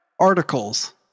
articles